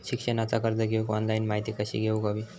शिक्षणाचा कर्ज घेऊक ऑनलाइन माहिती कशी घेऊक हवी?